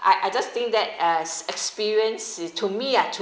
I I just think that uh experience is to me ah